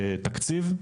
תקציב,